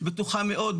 בטוחה מאוד,